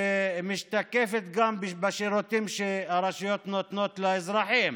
שמשתקפת גם בשירותים שהרשויות נותנות לאזרחים.